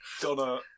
Donna